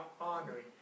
honoring